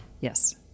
Yes